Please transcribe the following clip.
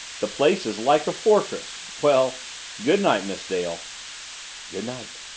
the place is like a fortress! well good night, miss dale good night.